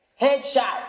Headshot